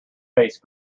face